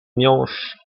miąższ